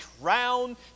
crown